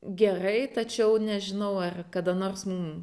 gerai tačiau nežinau ar kada nors mum